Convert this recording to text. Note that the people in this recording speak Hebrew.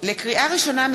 לקריאה ראשונה,